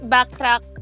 Backtrack